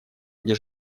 где